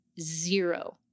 zero